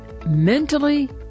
Mentally